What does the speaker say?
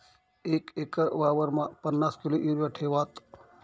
एक एकर वावरमा पन्नास किलो युरिया ठेवात